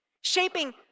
shaping